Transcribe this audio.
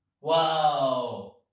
Wow